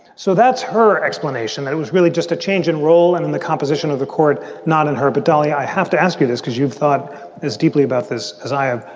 so that's her explanation, that it was really just a change in role and in the composition of the court, not in her battalio. i have to ask you this, because you've thought as deeply about this as i have.